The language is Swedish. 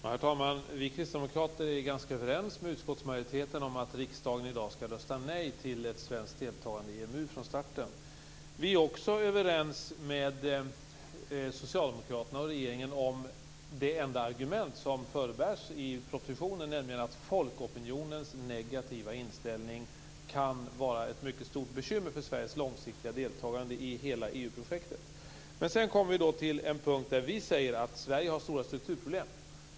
Herr talman! Vi kristdemokrater är ganska överens med utskottsmajoriteten om att riksdagen i dag skall rösta nej till ett svenskt deltagande i EMU från starten. Vi är också överens med socialdemokraterna och regeringen om det enda argument som förebärs i propositionen, nämligen att folkopinionens negativa inställning kan vara ett mycket stort bekymmer för Sedan kommer vi till en punkt där vi säger att Sverige har stora strukturproblem.